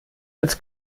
als